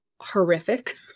horrific